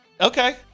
Okay